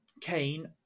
Kane